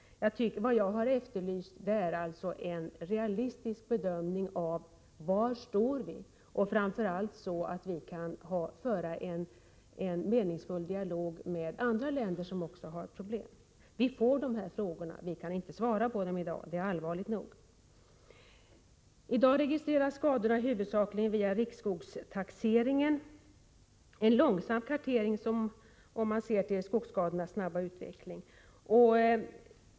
Vad jag efterlyst är en realistisk bedömning av var vi står, så att vi kan föra en meningsfull dialog med andra länder som också har problem. Vi får dessa frågor, men vi kan i dag inte svara på dem. Det är allvarligt nog. I dag registreras skador huvudsakligen via riksskogstaxeringen. Det sker långsamt om man jämför med skogsskadornas snabba utveckling.